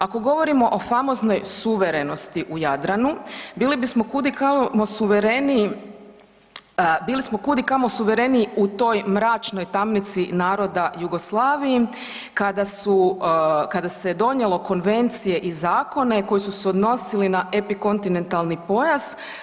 Ako govorimo o famoznoj suverenosti u Jadranu, bili bismo kudikamo suvereniji, bili smo kudikamo suvereniji u toj mračnoj tamnici naroda Jugoslaviji, kada su, kada se donijela konvencije i zakone koji su se odnosili na epikontinentalni pojas.